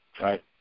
right